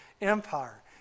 Empire